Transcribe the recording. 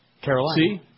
Carolina